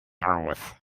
aus